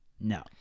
no